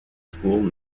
school